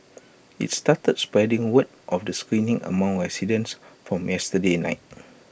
IT started spreading word of the screening among residents from Wednesday night